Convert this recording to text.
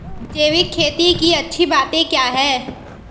जैविक खेती की अच्छी बातें क्या हैं?